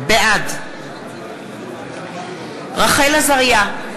בעד רחל עזריה,